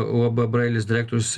uab brailis direktorius